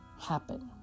happen